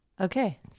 Okay